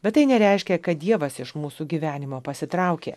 bet tai nereiškia kad dievas iš mūsų gyvenimo pasitraukė